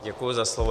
Děkuji za slovo.